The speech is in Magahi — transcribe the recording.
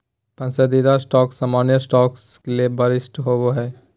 पसंदीदा स्टॉक सामान्य स्टॉक ले वरिष्ठ होबो हइ